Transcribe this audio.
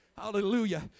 Hallelujah